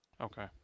Okay